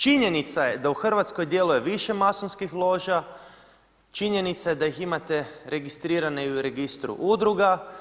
Činjenica je da u Hrvatskoj djeluje više masonskih loža, činjenica je da ih imate registrirane i u Registru udruga.